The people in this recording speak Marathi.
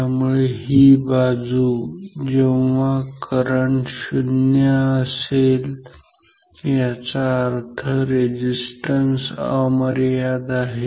त्यामुळे ही बाजू जेव्हा करंट 0 असेल याचा अर्थ रेझिस्टन्स अमर्याद ∞ आहे